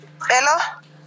Hello